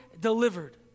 delivered